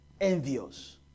envious